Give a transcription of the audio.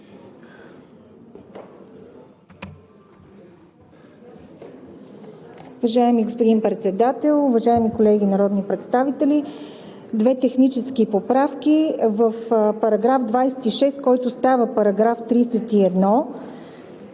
Уважаеми господин Председател, уважаеми колеги народни представители! Две технически поправки. В § 26, който става § 31,